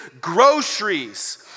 groceries